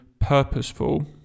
purposeful